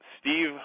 Steve